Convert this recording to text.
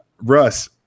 Russ